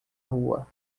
rua